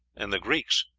and the greeks,